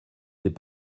n’est